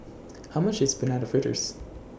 How much IS Banana Fritters